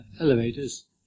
elevators